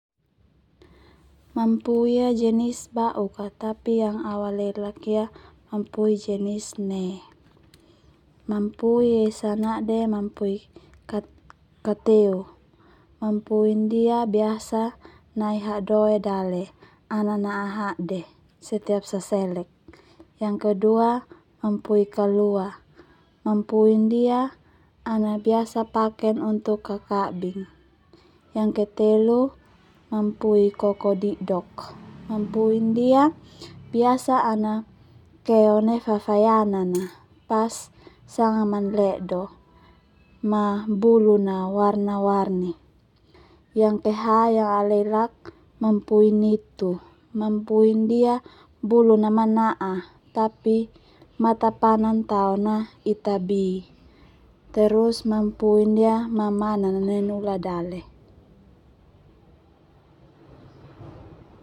Mampui ia jenis bauk a, tapi yang au alelak ia mampui jenis ne. Mampui esa Nade mampui kateu, mampui ndia biasa nai hadoe dale ana na'a Hade setiap saselek. Yang kedua mampui kalua, mampui ndia ana biasa paken untuk kaka'bing. Yang ke telu mampui kokodidok, mampui ndia biasa ana keo nai fafain a pas Sanga manledo ma buluna warna-warni. Yang ke ha yang au alelak mampui nitu, mampui ndia buluna mana'a tapi matapanan Tao na Ita bi terus mampui ndia ma mamanan nai nula dale.